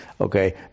okay